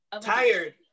Tired